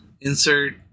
Insert